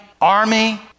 army